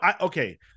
okay